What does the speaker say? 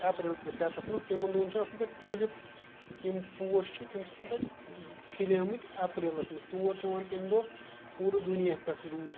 April کِس ریٚتَس منٛز تِمَن دۄہَن چھِ آسان تَتہِ ٹیوٗلِپ یِم پوش چھِ تِم چھِ آسان تَتہِ کھِلیمٕتۍ اپریلَس منٛز تور چھِ یِوان تمہِ دۄہ پوٗرٕ دُنیا پٮ۪ٹھ لُکھ